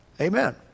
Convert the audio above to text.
Amen